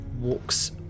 walks